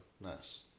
Nice